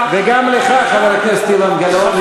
וגם אותך, חבר הכנסת אילן גילאון.